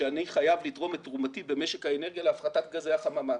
שאני חייב לתרום את תרומתי במשק האנרגיה להפחתת גזי החממה.